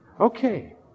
Okay